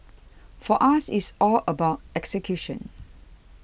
for us it's all about execution